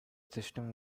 system